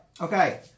Okay